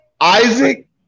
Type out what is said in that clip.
Isaac